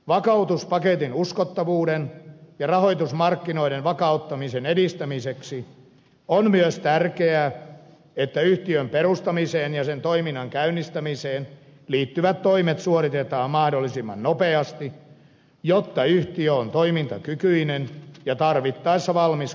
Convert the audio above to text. vakautuspaketin uskottavuuden ja rahoitusmarkkinoiden vakauttamisen edistämiseksi on myös tärkeää että yhtiön perustamiseen ja sen toiminnan käynnistämiseen liittyvät toimet suoritetaan mahdollisimman nopeasti jotta yhtiö on toimintakykyinen ja tarvittaessa valmis konkreettiseen päätöksentekoon